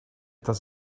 does